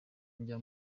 njya